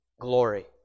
glory